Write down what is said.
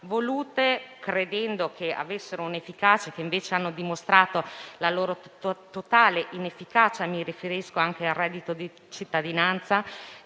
volute credendo fossero efficaci e che, invece, hanno dimostrato la loro totale inefficacia. Mi riferisco anche al reddito di cittadinanza,